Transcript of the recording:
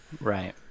Right